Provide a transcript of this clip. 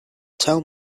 tell